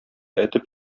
этеп